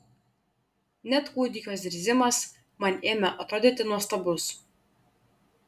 net kūdikio zirzimas man ėmė atrodyti nuostabus